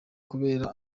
kubera